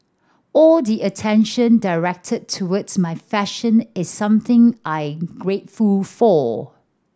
all the attention directed towards my fashion is something I grateful for